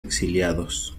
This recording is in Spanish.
exiliados